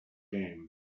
game